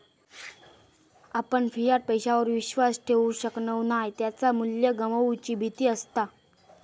आपण फियाट पैशावर विश्वास ठेवु शकणव नाय त्याचा मू्ल्य गमवुची भीती असता